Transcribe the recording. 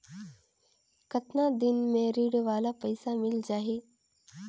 कतना दिन मे ऋण वाला पइसा मिल जाहि?